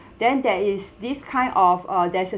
then there is this kind of uh there's a